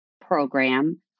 program